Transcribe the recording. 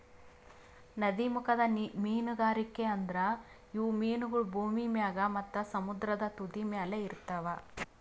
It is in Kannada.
ನದೀಮುಖದ ಮೀನುಗಾರಿಕೆ ಅಂದುರ್ ಇವು ಮೀನಗೊಳ್ ಭೂಮಿ ಮ್ಯಾಗ್ ಮತ್ತ ಸಮುದ್ರದ ತುದಿಮ್ಯಲ್ ಇರ್ತಾವ್